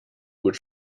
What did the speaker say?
gut